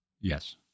Yes